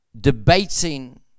Debating